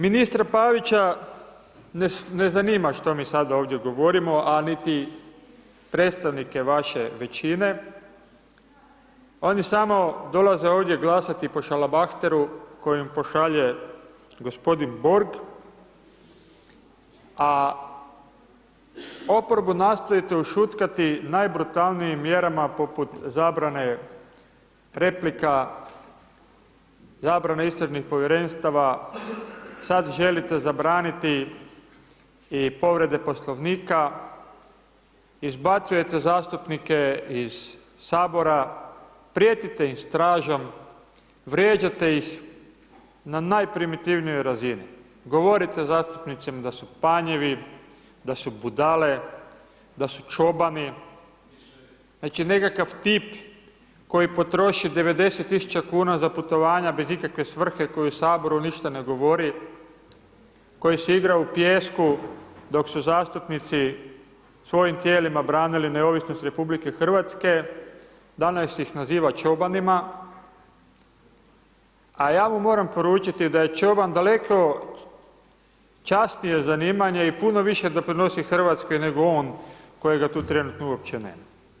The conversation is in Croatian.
Ministra Pavića ne zanima šta mi sada ovdje govorimo, a niti predstavnike vaše većine, oni samo dolaze ovdje glasati po šalabahteru koji im pošalje gospodin Borg, a oporbu nastojite ušutkati najbrutalnijim mjerama poput zabrane replika, zabrane istražnih Povjerenstava, sad želite zabraniti i povrede Poslovnika, izbacujete zastupnike iz Sabora, prijetite im stražom, vrijeđate ih na najprimitivnijoj razini, govorite zastupnicima da su panjevi, da su budale, da su čobani, znači, nekakav tip koji potroši 90.000,00 kn za putovanja bez ikakve svrhe, koji u Saboru ništa ne govori, koji se igra u pijesku, dok su zastupnici svojim tijelima branili neovisnost RH, danas ih naziva čobanima, a ja mu moram poručiti da je čoban daleko časnije zanimanje i puno više doprinosi RH nego on kojega tu trenutno uopće nema.